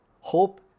hope